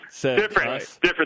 Different